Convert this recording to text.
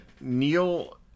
Neil